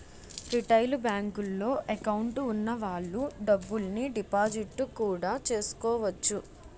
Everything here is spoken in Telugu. రిటైలు బేంకుల్లో ఎకౌంటు వున్న వాళ్ళు డబ్బుల్ని డిపాజిట్టు కూడా చేసుకోవచ్చు